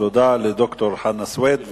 תודה לד"ר חנא סוייד.